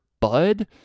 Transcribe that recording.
Bud